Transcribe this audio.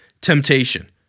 temptation